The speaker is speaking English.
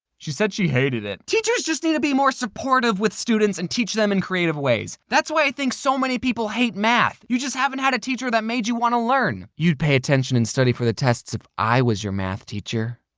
she said she hated it. teachers just need to be more supportive with students and teach them in creative ways. that's why i think so many people hate math. you just haven't had a teacher that made you want to learn. you'd pay attention and study for the tests if i was your math teacher,